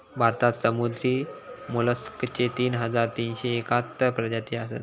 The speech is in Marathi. भारतात समुद्री मोलस्कचे तीन हजार तीनशे एकाहत्तर प्रजाती असत